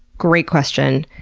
great question,